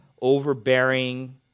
overbearing